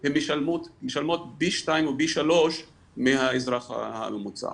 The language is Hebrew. הם מושלמות פי שתיים או פי שלוש מהאזרח הממוצע.